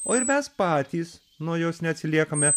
o ir mes patys nuo jos neatsiliekame